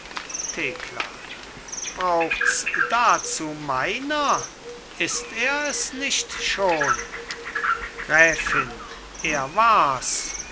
thekla brauchts dazu meiner ist er es nicht schon gräfin er wars